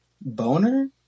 Boner